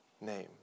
name